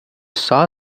saw